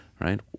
right